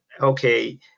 okay